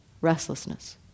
restlessness